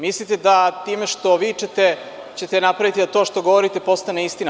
Mislite da time što vičete ćete napraviti da to što govorite postane istina?